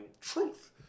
truth